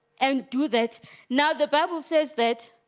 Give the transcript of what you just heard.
and do that now the bible says that